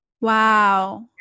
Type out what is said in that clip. Wow